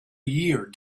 year